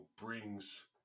brings